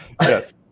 yes